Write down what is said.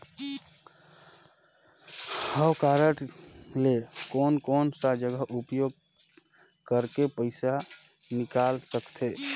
हव कारड ले कोन कोन सा जगह उपयोग करेके पइसा निकाल सकथे?